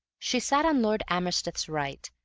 she sat on lord amersteth's right,